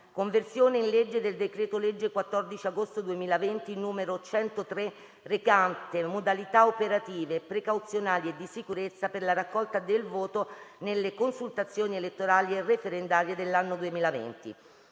«Conversione in legge del decreto-legge 14 agosto 2020, n. 103, recante modalità operative, precauzionali e di sicurezza per la raccolta del voto nelle consultazioni elettorali e referendarie dell'anno 2020»